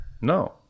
No